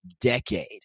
decade